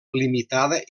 limitada